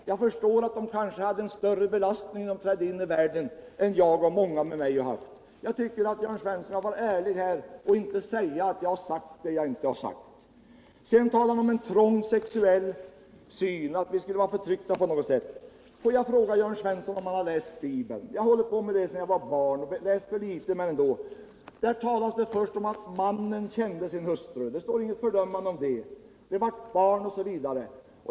Jag förstår att de kanske hade en större belastning när de trädde in i världen än jag och många med mig haft. Jag tycker Jörn Svensson kan vara ärlig även här, och inte påstå att jag har sagt någonting som jag inte sagt. Jörn Svensson sade sedan att vi hade en trång sexuell syn och att vi skulle vara förtryckta på något sätt. Får jag fråga Jörn Svensson om han läst Bibeln. Jag har hållit på med det sedan jag var barn, och jag har ändå läst för litet. Där talas det om att mannen kände sin hustru. Där finns inget fördömande av det. Det vart barn, osv.